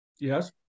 Yes